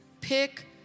Pick